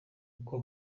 uko